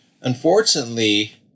unfortunately